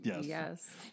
Yes